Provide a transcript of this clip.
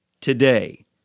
today